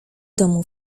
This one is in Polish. domu